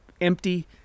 empty